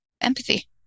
Empathy